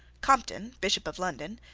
compton, bishop of london,